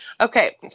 okay